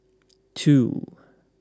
two